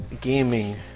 Gaming